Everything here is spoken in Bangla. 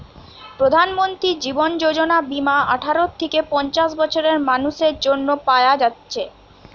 প্রধানমন্ত্রী জীবন যোজনা বীমা আঠারো থিকে পঞ্চাশ বছরের মানুসের জন্যে পায়া যাচ্ছে